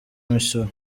imisoro